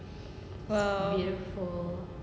!wah!